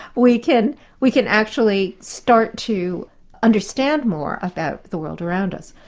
we can we can actually start to understand more about the world around us.